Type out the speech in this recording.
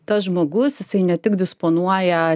tas žmogus ne tik disponuoja